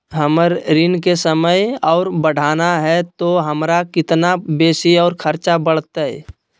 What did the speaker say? हमर ऋण के समय और बढ़ाना है तो हमरा कितना बेसी और खर्चा बड़तैय?